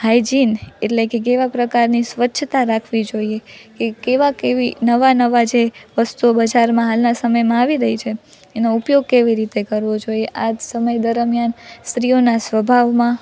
hygiene એટલે કે કેવા પ્રકારની સ્વચ્છતા રાખવી જોઈએ કે કેવા કેવી નવા નવા જે વસ્તુઓ બજારમાં હાલના સમયમાં આવી રહી છે એનો ઉપયોગ કેવી રીતે કરવો જોઈએ આ જ સમય દરમિયાન સ્ત્રીઓના સ્વભાવમાં